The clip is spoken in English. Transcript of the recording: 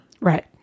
Right